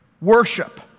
worship